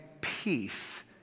peace